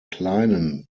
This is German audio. kleinen